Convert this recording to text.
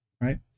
Right